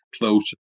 close